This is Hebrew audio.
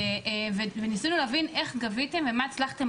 וניסינו להבין איך גביתם ומה הצלחתם